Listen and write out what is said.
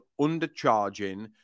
undercharging